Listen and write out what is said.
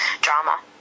drama